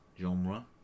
Genre